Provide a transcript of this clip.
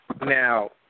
Now